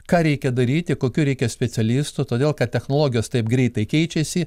ką reikia daryti kokių reikia specialistų todėl kad technologijos taip greitai keičiasi